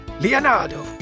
Leonardo